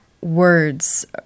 words